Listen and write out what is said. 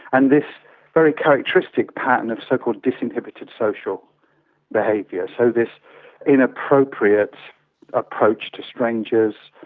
and this very characteristic pattern of so-called disinhibited social behaviour, so this inappropriate approach to strangers,